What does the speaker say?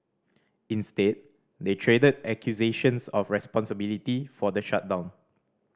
instead they traded accusations of responsibility for the shutdown